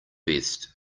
best